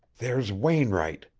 there's wainwright,